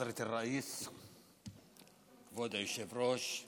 (אומר בערבית: כבוד היושב-ראש,) כבוד היושב-ראש,